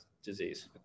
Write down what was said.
Disease